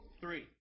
three